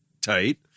Tight